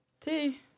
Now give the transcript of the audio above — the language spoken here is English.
Tea